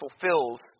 fulfills